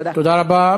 תודה.